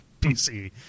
PC